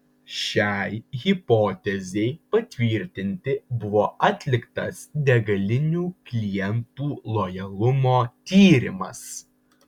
šiai hipotezei patvirtinti buvo atliktas degalinių klientų lojalumo tyrimas